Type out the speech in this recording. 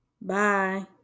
Bye